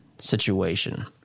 situation